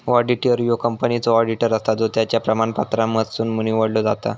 auditor ह्यो कंपनीचो auditor असता जो त्याच्या प्रमाणपत्रांमधसुन निवडलो जाता